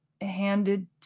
handed